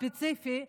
ספציפי,